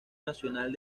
nacional